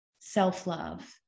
self-love